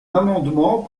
amendement